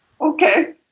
Okay